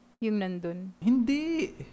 Hindi